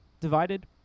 divided